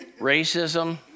racism